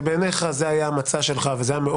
זה בתקנון.